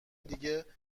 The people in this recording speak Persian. دیگه